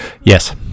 Yes